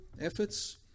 efforts